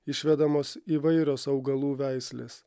išvedamos įvairios augalų veislės